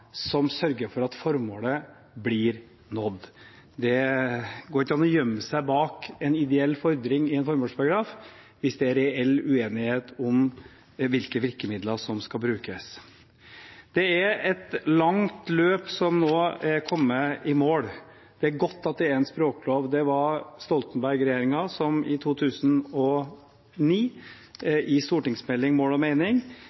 som sørger for at formålet blir nådd. Det går ikke an å gjemme seg bak en ideell fordring i en formålsparagraf hvis det er reell uenighet om hvilke virkemidler som skal brukes. Det er et langt løp som nå er kommet i mål. Det er godt at det er en språklov. Det var Stoltenberg-regjeringen som i